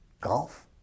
golf